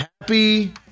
happy